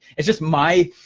it's just my,